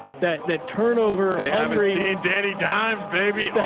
that, that turnover, they haven't seen danny dimes baby.